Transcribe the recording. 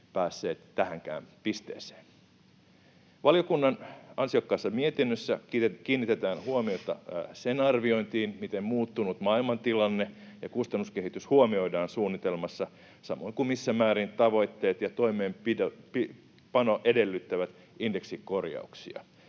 päässeet tähänkään pisteeseen. Valiokunnan ansiokkaassa mietinnössä kiinnitetään huomiota sen arviointiin, miten muuttunut maailmantilanne ja kustannuskehitys huomioidaan suunnitelmassa, samoin kuin siihen, missä määrin tavoitteet ja toimeenpano edellyttävät indeksikorjauksia.